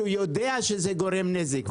כאשר הוא יודע שזה גורם נזק.